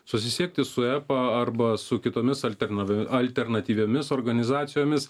susisiekti su epa arba su kitomis altern alternatyviomis organizacijomis